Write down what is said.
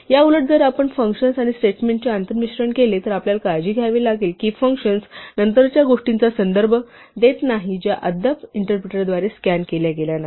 याउलट जर आपण फंक्शन्स आणि स्टेटमेंट्सचे हे आंतरमिश्रण केले तर आपल्याला काळजी घ्यावी लागेल की फंक्शन्स नंतरच्या गोष्टींचा संदर्भ देत नाहीत ज्या अद्याप इंटरप्रिटरद्वारे स्कॅन केल्या गेल्या नाहीत